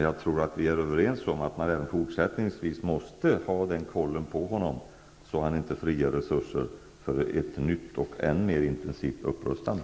Jag tror att vi är överens om att man även fortsättningsvis måste ha denna kontroll över honom, så att han inte frigör resurser för ett nytt och än mer intensivt upprustande.